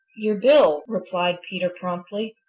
your bill, replied peter promptly.